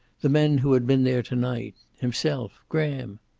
the men who had been there to-night, himself, graham?